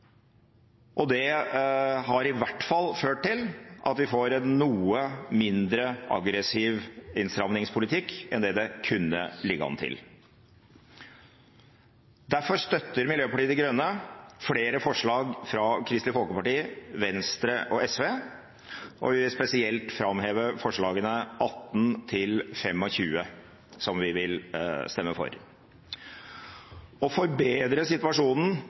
der. Det har i hvert fall ført til at vi får en noe mindre aggressiv innstrammingspolitikk enn det det kunne ligge an til. Derfor støtter Miljøpartiet De Grønne flere forslag fra Kristelig Folkeparti, Venstre og SV, vi vil spesielt framheve forslagene nr. 18–25, som vi vil stemme for. Å forbedre situasjonen